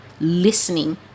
listening